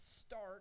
start